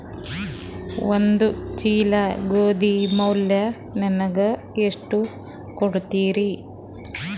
ಒಂದ ಚೀಲ ಗೋಧಿ ಮ್ಯಾಲ ನನಗ ಎಷ್ಟ ಕೊಡತೀರಿ?